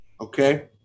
Okay